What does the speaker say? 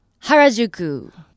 Harajuku